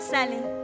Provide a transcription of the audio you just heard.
Sally